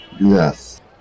Yes